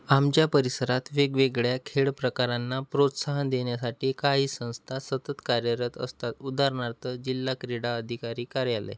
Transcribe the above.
आमच्या परिसरात वेगवेगळ्या खेळ प्रकारांना प्रोत्साहन देण्यासाठी काही संस्था सतत कार्यरत असतात उदाहारणार्थ जिल्हा क्रीडा अधिकारी कार्यालय